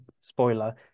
spoiler